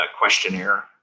questionnaire